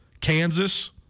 Kansas